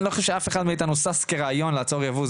אני לא חושב שאף אחד מאיתנו שש כרעיון לעצור ייבוא,